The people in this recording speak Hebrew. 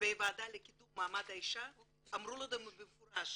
בוועדה לקידום מעמד האישה אמרו לנו במפורש